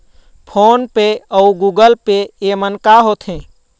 Phone पे अउ Google Pay येमन का होते?